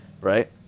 right